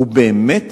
ובאמת